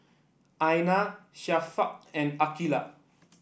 Aina Syafiqah and Aqilah